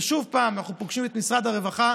ושוב אנחנו פוגשים את משרד הרווחה,